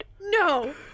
No